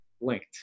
linked